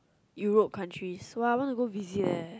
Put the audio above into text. Europe countries !wow! I wanna go visit leh